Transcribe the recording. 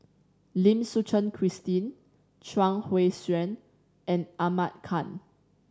Lim Suchen Christine Chuang Hui Tsuan and Ahmad Khan